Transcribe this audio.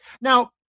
Now